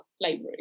library